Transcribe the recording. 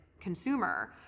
consumer